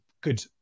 good